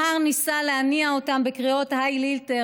הנער ניסה להניא אותם מהקריאות "הייל היטלר"